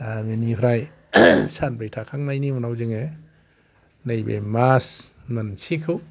दा बेनिफ्राइ सानब्रै थाखांनायनि उनाव जोङो नैबे मास मोनसेखौ